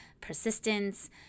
persistence